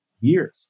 years